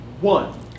one